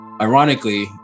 Ironically